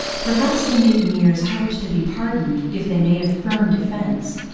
perhaps the mutineers hoped to be pardoned if they made a firm defence.